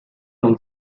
non